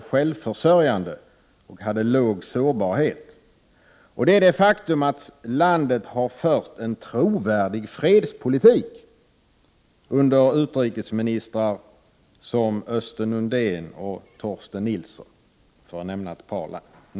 1988/89:42 självförsörjande och hade låg sårbarhet. Det är vidare det faktum att Sverige 9 december 1988 har för en trovärdig fredspolitik under utrikesministrar som Öten Uddén, ——-:- och Torsten Nilsson, för att bara nämna ett par namn.